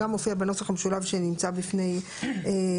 גם מופיע בנוסח המשולב שנמצא בפני הוועדה.